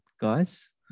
guys